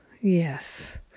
Yes